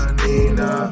nina